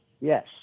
Yes